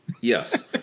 Yes